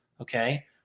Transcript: okay